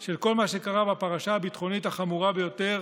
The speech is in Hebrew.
של כל מה שקרה בפרשה הביטחונית החמורה ביותר,